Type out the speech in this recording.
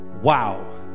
Wow